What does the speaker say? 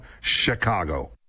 Chicago